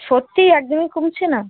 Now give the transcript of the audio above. সত্যিই একদমই কমছে না